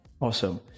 Awesome